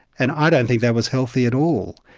and i don't think that was healthy at all.